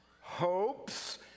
hopes